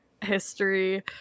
history